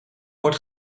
wordt